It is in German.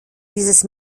dieses